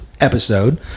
episode